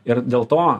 ir dėl to